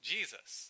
Jesus